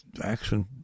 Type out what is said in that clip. action